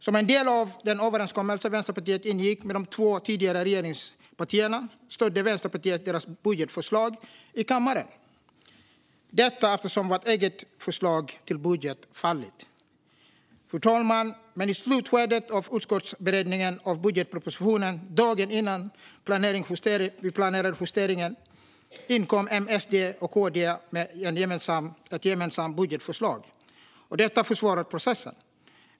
Som en del av den överenskommelse som vi i Vänsterpartiet ingick med de två tidigare regeringspartierna stödde Vänsterpartiet deras budgetförslag i kammaren eftersom vårt eget förslag till budget hade fallit. Men, fru talman, i slutskedet av utskottsberedningen av budgetpropositionen - dagen före den planerade justeringen - inkom M, SD och KD med ett gemensamt budgetförslag. Detta har försvårat processen.